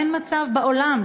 אין מצב בעולם.